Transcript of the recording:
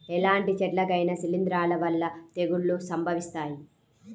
ఎలాంటి చెట్లకైనా శిలీంధ్రాల వల్ల తెగుళ్ళు సంభవిస్తాయి